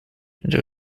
into